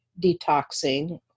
detoxing